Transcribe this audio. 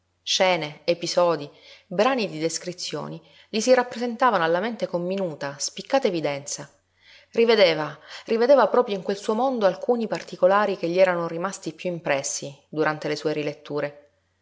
scene episodii brani di descrizioni gli si rappresentavano alla mente con minuta spiccata evidenza rivedeva rivedeva proprio in quel suo mondo alcuni particolari che gli erano rimasti piú impressi durante le sue riletture